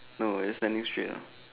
no just standing straight ah